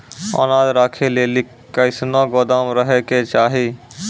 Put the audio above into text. अनाज राखै लेली कैसनौ गोदाम रहै के चाही?